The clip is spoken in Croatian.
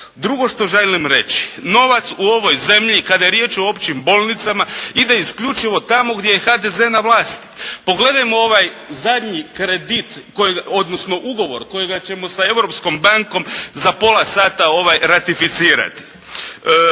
Drugo što želim reći, novac u ovoj zemlji kada je riječ o općim bolnicama, ide isključivo tamo gdje je HDZ na vlasti. Pogledajmo ovaj zadnji kredit, odnosno ugovor kojega ćemo sa Europskom bankom za pola sata ratificirati.